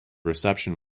reception